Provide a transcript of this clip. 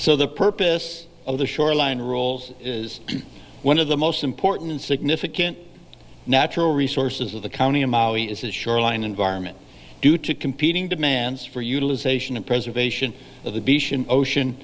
so the purpose of the shoreline rules is one of the most important and significant natural resources of the county in maui is the shoreline environment due to competing demands for utilization and preservation of the